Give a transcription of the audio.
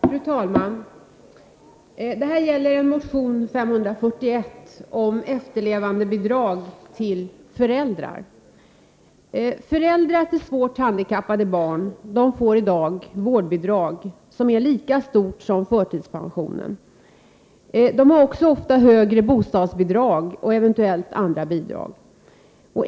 Fru talman! Detta ärende gäller motion 541 om efterlevandebidrag till föräldrar. Föräldrar till svårt handikappade barn får i dag ett vårdbidrag, som är lika stort som förtidspensionen. De har också ofta högre bostadsbidrag än andra och eventuellt ytterligare bidrag.